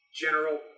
general